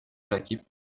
rakip